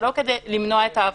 זה לא כדי למנוע את העבודה.